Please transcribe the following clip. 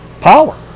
power